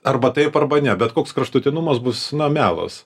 arba taip arba ne betkoks kraštutinumas bus melas